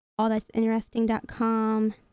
allthat'sinteresting.com